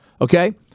Okay